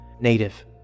...native